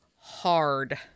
hard